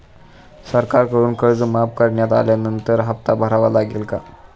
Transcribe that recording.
सरकारकडून कर्ज माफ करण्यात आल्यानंतर हप्ता भरावा लागेल का?